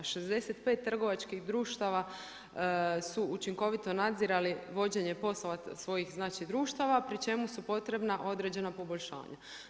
65 trgovačkih društava su učinkovito nadzirali vođenje poslova svojih, znači društava pri čemu su potrebna određena poboljšanja.